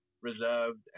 reserved